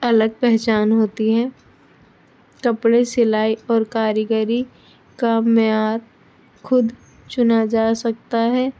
الگ پہچان ہوتی ہیں کپڑے سلائی اور کاریگری کا معیار خود چنا جا سکتا ہے